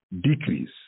decrease